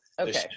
okay